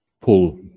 pull